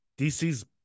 DC's